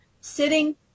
sitting